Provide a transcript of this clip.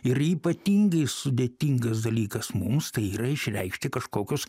ir ypatingai sudėtingas dalykas mums tai yra išreikšti kažkokius